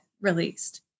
released